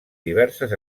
diverses